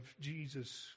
Jesus